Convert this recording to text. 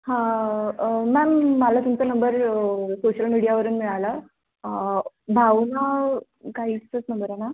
हां मॅम मला तुमचा नंबर सोशल मीडियावरून मिळाला भाऊना काहीचाच नंबर आहे ना